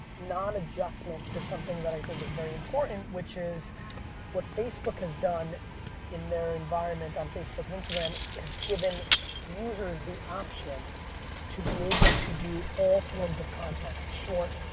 non-adjustment to something that i think is very important which is what facebook has done in their environment on facebook and instagram is given users the option to be able to do all forms of content. short,